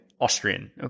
Austrian